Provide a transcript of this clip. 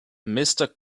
mister